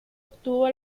obtuvo